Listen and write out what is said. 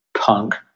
punk